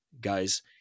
guys